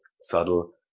subtle